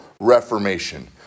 reformation